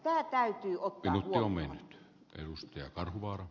tämä täytyy ottaa huomioon